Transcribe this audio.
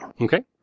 Okay